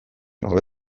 hobe